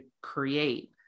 create